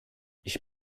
ich